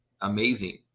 amazing